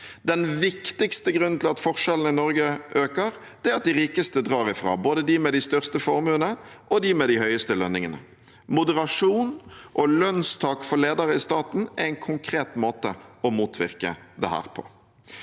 Den viktigste grunnen til at forskjellene i Norge øker, er at de rikeste drar ifra – både de med de største formuene og de med de høyeste lønningene. Moderasjon og lønnstak for ledere i staten er en konkret måte å motvirke dette på.